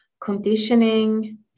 conditioning